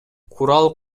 курал